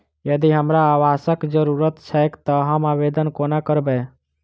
यदि हमरा आवासक जरुरत छैक तऽ हम आवेदन कोना करबै?